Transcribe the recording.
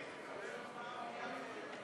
כמו כן גם הצעת אי-אמון בממשלה, התוצאות,